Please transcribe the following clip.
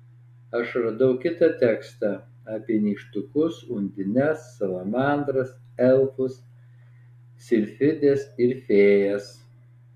aš radau kitą tekstą apie nykštukus undines salamandras elfus silfides ir fėjas